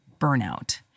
burnout